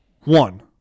One